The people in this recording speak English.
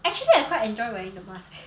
actually I quite enjoy wearing the mask eh